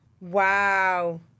Wow